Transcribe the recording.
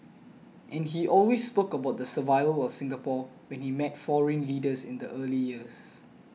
and he always spoke about the survival of Singapore when he met foreign leaders in the early years